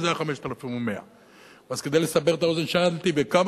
וזה היה 5,100. אז כדי לסבר את האוזן שאלתי: כמה